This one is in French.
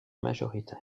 majoritaire